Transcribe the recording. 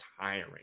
tiring